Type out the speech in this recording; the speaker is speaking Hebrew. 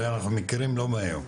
הרי אנחנו מכירים לא מהיום,